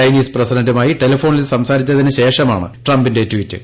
Chinese പ്രസിഡന്റുമായി ടെലിഫോണിൽ സംസാരിച്ചതിന് ശേഷമാണ് ട്രംപിന്റെ ട്വീറ്റ്